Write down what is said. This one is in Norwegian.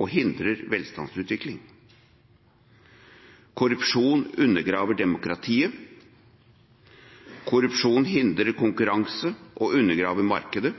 og hindrer velstandsutvikling. Korrupsjon undergraver demokratiet. Korrupsjon hindrer konkurranse og undergraver markedet.